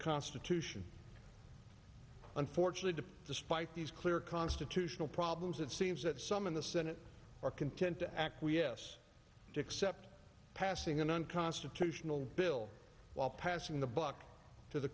constitution unfortunately despite these clear constitutional problems it seems that some in the senate are content to acquiesce to accept passing an unconstitutional bill while passing the buck to the